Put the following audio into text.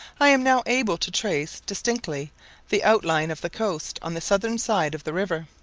i am now able to trace distinctly the outline of the coast on the southern side of the river.